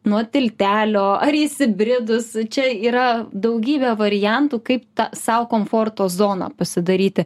nuo tiltelio ar įsibridus čia yra daugybė variantų kaip tą sau komforto zoną pasidaryti